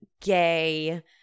gay